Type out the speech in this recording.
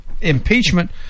Impeachment